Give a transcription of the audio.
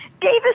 Davis